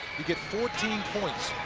to get fourteen points